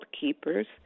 Keepers